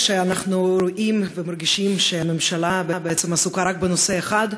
כשאנחנו רואים ומרגישים שהממשלה בעצם עסוקה רק בנושא אחד,